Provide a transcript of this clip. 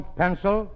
pencil